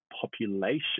population